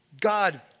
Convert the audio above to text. God